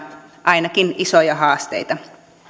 ainakin isoja haasteita mutta